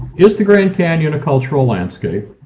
is the grand canyon a cultural landscape?